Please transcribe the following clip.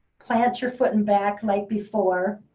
plant your foot in back like before.